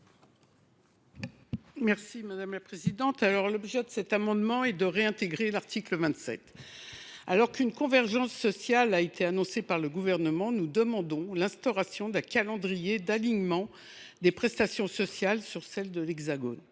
Mme Raymonde Poncet Monge. L’objet de cet amendement est de rétablir l’article 27. Alors qu’une convergence sociale a été annoncée par le Gouvernement, nous demandons l’instauration d’un calendrier d’alignement des prestations sociales sur celles de l’Hexagone.